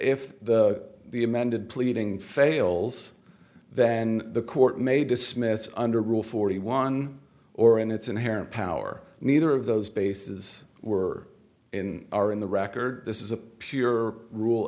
if the amended pleading fails then the court may dismiss under rule forty one or in its inherent power neither of those bases were in our in the record this is a pure rule